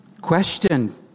Question